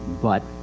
but,